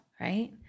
right